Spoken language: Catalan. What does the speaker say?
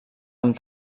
amb